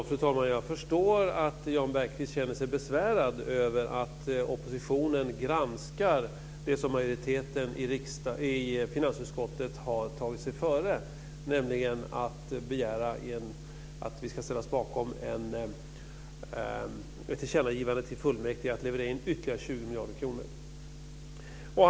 Fru talman! Jag förstår att Jan Bergqvist känner sig besvärad över att oppositionen granskar det som majoriteten i finansutskottet har tagit sig före, nämligen att begära att vi ska ställa oss bakom ett tillkännagivande till fullmäktige att leverera in ytterligare 20 miljarder kronor.